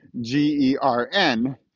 G-E-R-N